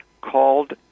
called